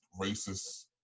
racist